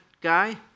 guy